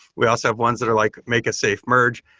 we also have ones that are like make a safe merge.